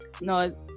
no